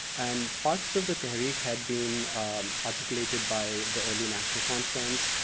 and parts of the tehreek had been articulated by the early national conference,